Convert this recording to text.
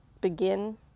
begin